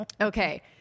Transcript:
okay